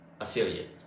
affiliate